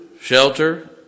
shelter